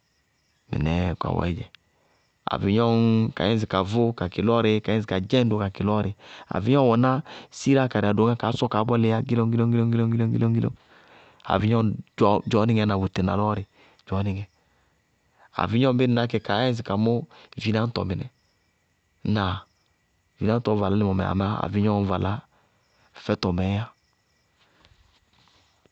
Mɩnɛɛ kawɛɛ dzɛ. Avɩyɔŋ kayɛ ŋsɩ ka vʋ kakɩ lɔɔrɩí, kayɛ ŋsɩ ka dzɛŋ kakɩ lɔɔrɩ. Avɩyɔŋ wɛná siráa karɩ adoŋá kaá sɔ kaá bɔlɩí yá gílóñ-gílóñ-gílóñ, avɩyɔŋ dzɔɔnɩŋɛ na bʋtɩ na lɔɔrɩ dzɔɔnɩŋɛ, avɩyɔŋ bíɩ ŋná kɛ, kayɛ ŋsɩ ka mʋ vináñtɔ mɩnɛ, vináñtɔɔ valá límɔ mɛ amá avɩyɔŋñ valá fɛfɛtɔ mɛɛ yá.